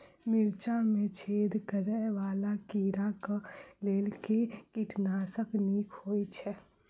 मिर्चाय मे छेद करै वला कीड़ा कऽ लेल केँ कीटनाशक नीक होइ छै?